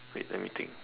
wait let me think